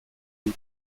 dit